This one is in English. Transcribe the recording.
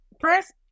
First